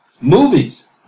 movies